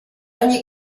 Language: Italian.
ogni